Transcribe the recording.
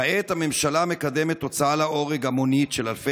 כעת הממשלה מקדמת הוצאה להורג המונית של אלפי